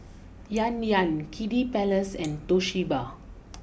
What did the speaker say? Yan Yan Kiddy Palace and Toshiba